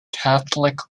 catholic